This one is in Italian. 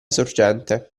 sorgente